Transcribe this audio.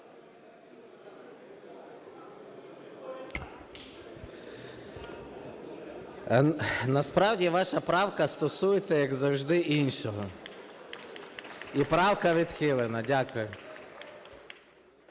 Насправді ваша правка стосується, як завжди, іншого, і правка відхилена. Дякую.